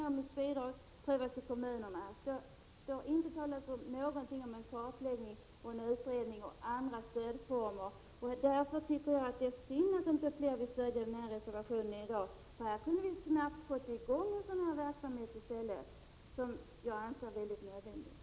Ett mer permanent stöd får enligt socialutskottet anses vara en angelägenhet för resp. kommun genom dess socialnämnd.” Det talas däremot inte om kartläggning och utredning och andra stödformer, och därför tycker jag att det är synd att inte fler vill stödja reservationen i dag. Här kunde vi snabbt ha fått i gång en sådan verksamhet som jag anser vara väldigt nödvändig.